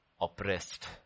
oppressed